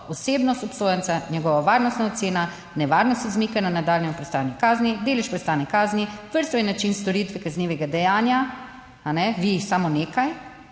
osebnost obsojenca, njegova varnostna ocena, nevarnost izmikanja, nadaljnje prestajanje kazni, delež prestajanja kazni, vrsto in način storitve kaznivega dejanja, kajne, vi jih samo nekaj